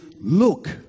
Look